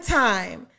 time